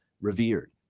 revered